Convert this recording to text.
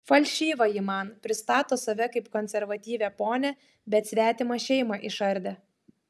falšyva ji man pristato save kaip konservatyvią ponią bet svetimą šeimą išardė